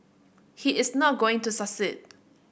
he is not going to succeed